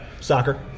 Soccer